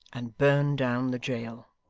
and burn down the jail.